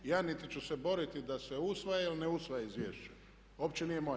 Ja niti ću se boriti da se usvaja ili ne usvaja izvješće, uopće nije moje.